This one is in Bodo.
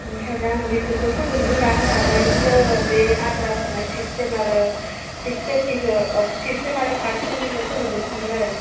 ओंखायनो आं बिसोरखौ फोजोबग्रोना होनानैसो बे आद्रा थानाय फिफ्थ सेम आरो सिक्स्थ सेम आरो थार्द सेमनिखो फोजोबगोन सान्दों आरो